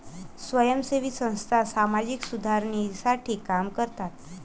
स्वयंसेवी संस्था सामाजिक सुधारणेसाठी काम करतात